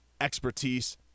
expertise